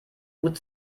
gut